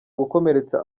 gukomeretsa